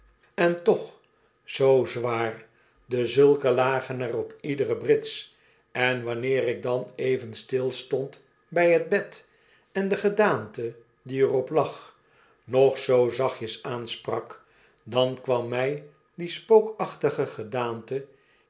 en toch zoo zwaar dezulken lagen er op iedere brits en wanneer ik dan even stilstond h t bed en de gedaante die er op lag nog zoo zachtjes aansprak dan kwam mij die spookachtige gedaante